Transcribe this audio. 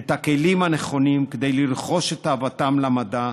את הכלים הנכונים כדי לרכוש את אהבתם למדע,